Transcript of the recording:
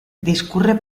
discurre